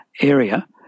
area